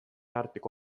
arteko